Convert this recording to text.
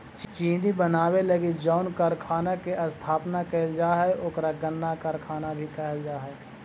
चीनी बनावे लगी जउन कारखाना के स्थापना कैल जा हइ ओकरा गन्ना कारखाना भी कहल जा हइ